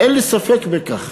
אין לי ספק בכך.